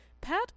Pat